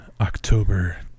October